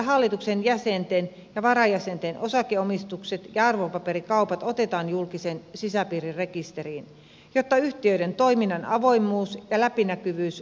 hallituksen jäsenten ja varajäsenten osakeomistukset ja arvopaperikaupat otetaan julkiseen sisäpiirirekisteriin jotta yhtiöiden toiminnan avoimuus ja läpinäkyvyys aidosti toteutuu